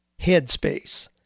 headspace